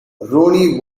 ronnie